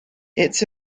it’s